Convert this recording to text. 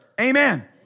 Amen